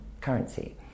currency